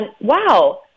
wow